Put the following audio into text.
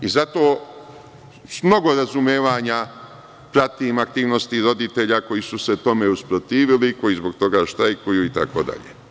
Zbog svega toga, s mnogo razumevanja pratim aktivnosti roditelja koji su se tome usprotivili, koji zbog toga štrajkuju, itd.